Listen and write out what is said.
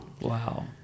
Wow